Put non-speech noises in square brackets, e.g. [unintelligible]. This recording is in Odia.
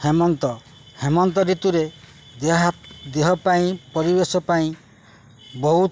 ହେମନ୍ତ ହେମନ୍ତ ଋତୁରେ ଦେହ [unintelligible] ଦେହ ପାଇଁ ପରିବେଶ ପାଇଁ ବହୁତ